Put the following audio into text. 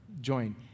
join